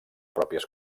pròpies